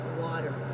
water